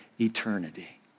eternity